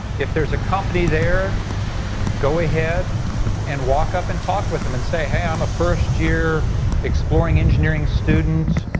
if there's a company there go ahead and walk up and talk with them. and say hey, i'm a first year exploring engineering student.